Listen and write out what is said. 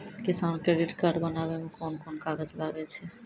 किसान credit card बनाबै मे कोन कोन कागज लागै छै?